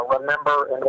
remember